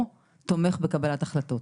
או תומך בקבלת החלטות,